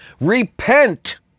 repent